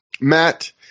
Matt